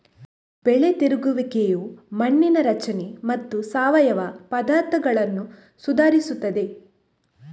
ಬೆಳೆ ತಿರುಗುವಿಕೆಯು ಮಣ್ಣಿನ ರಚನೆ ಮತ್ತು ಸಾವಯವ ಪದಾರ್ಥಗಳನ್ನು ಸುಧಾರಿಸುತ್ತದೆ